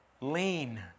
lean